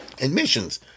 admissions